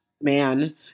man